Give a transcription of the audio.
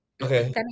okay